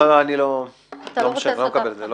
לא, אני לא מקבל את זה.